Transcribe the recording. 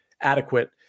adequate